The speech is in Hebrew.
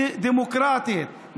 דמוקרטית,